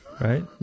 right